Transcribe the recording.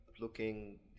looking